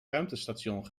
ruimtestation